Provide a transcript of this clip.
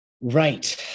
Right